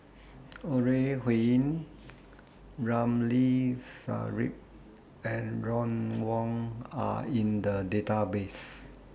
Ore Huiying Ramli Sarip and Ron Wong Are in The Database